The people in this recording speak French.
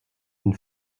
une